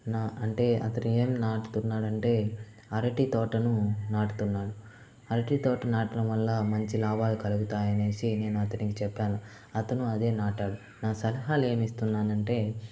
నా అంటే అతడు ఏం నాటుతున్నాడంటే అరటి తోటను నాటుతున్నాడు అరటి తోట నాటడం వల్ల మంచి లాభాలు కలుగుతాయనేసి నేను అతనికి చెప్పాను అతను అదే నాటాడు నా సలహాలు ఏమిస్తున్నానంటే